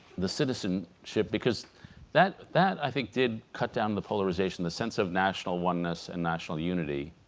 the citizenship because that that i think did cut down the polarization the sense of national oneness and national unity